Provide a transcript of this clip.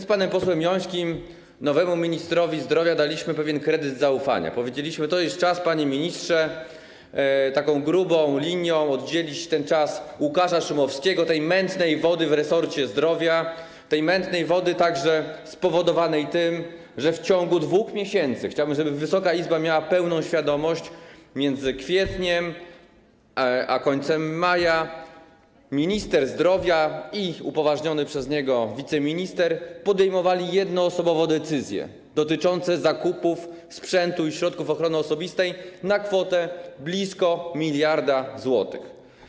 Z panem posłem Jońskim nowemu ministrowi zdrowia daliśmy pewien kredyt zaufania, powiedzieliśmy: Czas, panie ministrze, taką grubą linią oddzielić ten czas Łukasza Szumowskiego, tej mętnej wody w resorcie zdrowia, tej mętnej wody spowodowanej także tym, że w ciągu 2 miesięcy - chciałbym, żeby Wysoka Izba miała tego pełną świadomość - między kwietniem a końcem maja, minister zdrowia i upoważniony przez niego wiceminister podejmowali jednoosobowo decyzje dotyczące zakupów sprzętu i środków ochrony osobistej na kwotę blisko 1 mld zł.